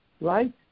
right